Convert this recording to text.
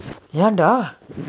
ஏன்டா:yaendaa